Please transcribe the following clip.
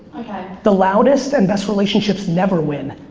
the loudest, and best relationships never win.